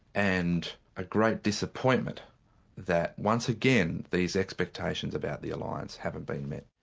and a great disappointment that once again, these expectations about the alliance haven't been met.